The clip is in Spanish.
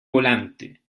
volante